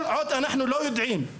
אבל כל עוד אנחנו לא יודעים מה